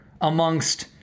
amongst